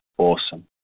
awesome